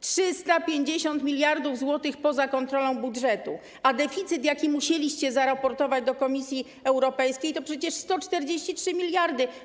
350 mld zł poza kontrolą budżetu, a deficyt, jaki musieliście zaraportować do Komisji Europejskiej, to przecież 143 mld.